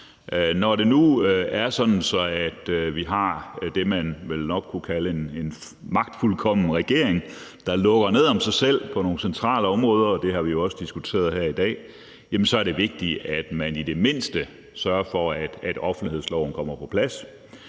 Når det nu er sådan, at vi har det, man vel nok kunne kalde en magtfuldkommen regering, der lukker ned om sig selv på nogle centrale områder – det har vi også diskuteret i dag – er det vigtigt, at man i det mindste sørger for, at offentlighedsloven kommer på plads,